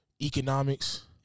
economics